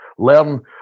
Learn